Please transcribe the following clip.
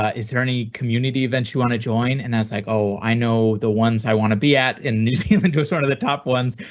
ah is there any community events you want to join? and i was like, oh, i know the ones i want to be at in new zealand was sort of the top ones.